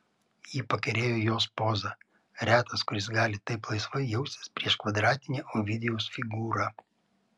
jį pakerėjo jos poza retas kuris gali taip laisvai jaustis prieš kvadratinę ovidijaus figūrą